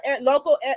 local